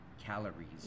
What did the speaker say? calories